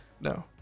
No